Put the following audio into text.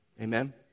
Amen